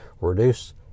Reduce